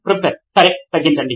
professor సరే తగ్గించండి